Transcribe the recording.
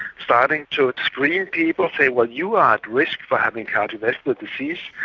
starting to screen people, saying, well, you are at risk for having cardiovascular disease,